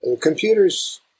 Computers